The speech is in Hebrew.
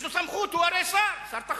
יש לו סמכות, הוא היה שר, שר תחבורה.